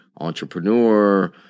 entrepreneur